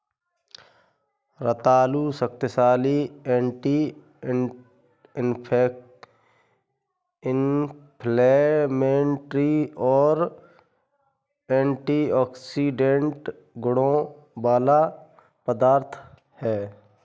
रतालू शक्तिशाली anti inflammatory और एंटीऑक्सीडेंट गुणों वाला पदार्थ है